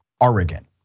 Oregon